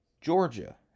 Georgia